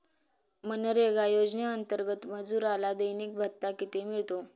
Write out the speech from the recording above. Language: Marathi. मनरेगा योजनेअंतर्गत मजुराला दैनिक भत्ता किती मिळतो?